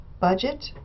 budget